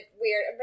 weird